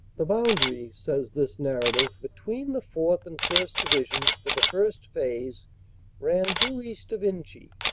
the boundary, says this narrative, between the fourth. and first. divisions for the first phase ran due east of lnchy,